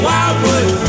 Wildwood